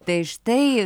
tai štai